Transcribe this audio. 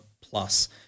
plus